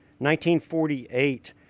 1948